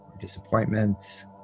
disappointments